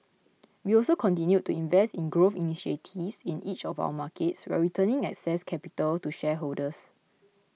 we also continued to invest in growth initiatives in each of our markets while returning excess capital to shareholders